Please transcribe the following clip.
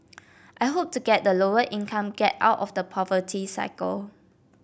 I hope to get the lower income get out of the poverty cycle